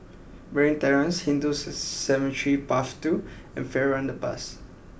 Marine Terrace Hindu Cemetery Path Two and Farrer Underpass